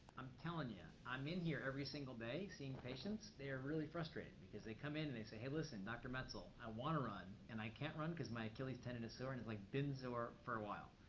i'm telling you, i'm in here every single day seeing patients. they are really frustrated, because they come in, and they say, hey, listen, dr. metzl, i want to run. and i can't run, because my achilles tendon is sore, and it's like been sore for awhile.